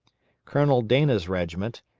colonel dana's regiment,